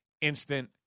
instant